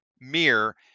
mirror